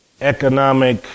economic